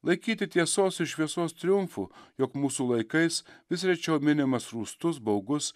laikyti tiesos ir šviesos triumfu jog mūsų laikais vis rečiau minimas rūstus baugus